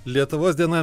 lietuvos diena